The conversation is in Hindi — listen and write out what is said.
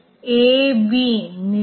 यदि यह दोनों स्थिरांक को गुणा कर रहा है